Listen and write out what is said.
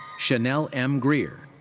shanelle m. grier.